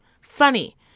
funny